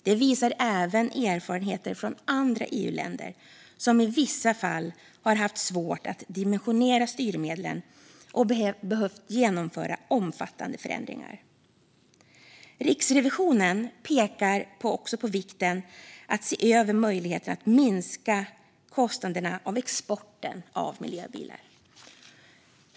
Det visar även erfarenheter från andra EU-länder, som i vissa fall har haft svårt att dimensionera styrmedlen och behövt genomföra omfattande förändringar. Riksrevisionen pekar också på vikten av att se över möjligheterna att minska kostnaderna för exporten av miljöbilar.